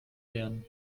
lernen